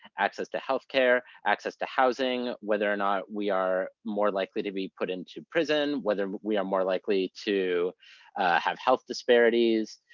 access to healthcare, access to housing, whether or not we are more likely to be putting to prison, whether we are more likely to have health disparities.